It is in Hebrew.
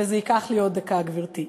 וזה ייקח לי עוד דקה, גברתי: